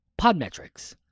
Podmetrics